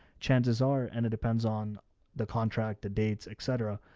chances are, and it depends on the contract, the dates, et cetera.